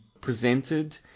presented